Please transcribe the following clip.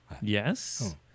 Yes